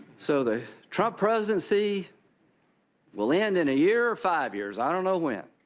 so the trump presidency will end in a year or five years, i don't know when.